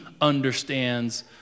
understands